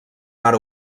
mar